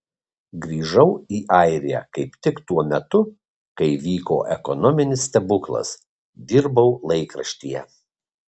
grįžau į airiją kaip tik tuo metu kai vyko ekonominis stebuklas dirbau laikraštyje